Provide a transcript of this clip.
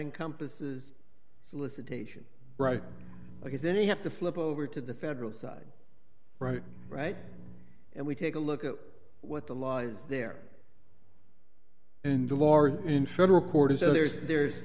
encompasses solicitation right because any have to flip over to the federal side right right and we take a look at what the lies there and the lord in federal court is that there's